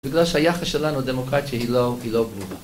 בגלל שהיחס שלנו לדמוקרטיה היא לא, היא לא...